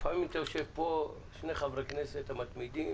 לפעמים אתה יושב פה עם שני חברי הכנסת המתמידים,